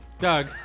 Doug